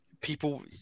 people